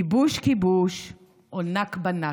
/ כיבוש כיבוש / (או נכבה נכבה)